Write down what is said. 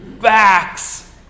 backs